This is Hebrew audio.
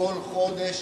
כל חודש